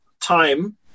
time